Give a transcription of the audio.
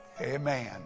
Amen